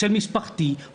של משפחתי,